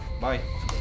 Bye